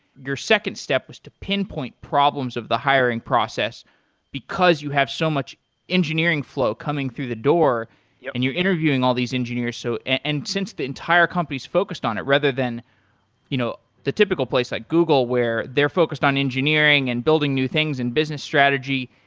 your second step is to pinpoint problems of the hiring process because you have so much engineering flow coming through the door yeah and you're interviewing all these engineers. so and since the entire company is focused on it, rather than you know the typical place like google where they're focused on engineering and building new things in business strategy,